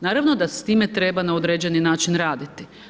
Naravno da s time treba na određeni način raditi.